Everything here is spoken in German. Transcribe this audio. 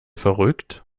verrückt